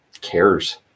cares